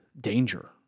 danger